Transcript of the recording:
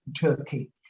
Turkey